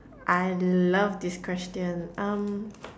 I love this question um